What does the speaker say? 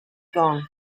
gone